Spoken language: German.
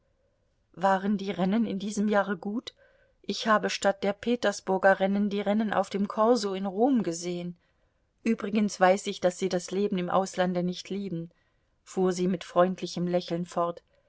waren die rennen in diesem jahre gut ich habe statt der petersburger rennen die rennen auf dem korso in rom gesehen übrigens weiß ich daß sie das leben im auslande nicht lieben fuhr sie mit freundlichem lächeln fort